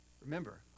Remember